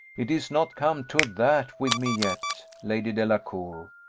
it is not come to that with me yet, lady delacour,